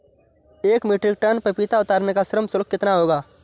एक metric tonne पपीता उतारने का श्रम शुल्क कितना होगा?